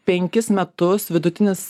penkis metus vidutinis